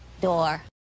door